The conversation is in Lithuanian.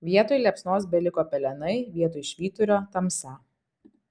vietoj liepsnos beliko pelenai vietoj švyturio tamsa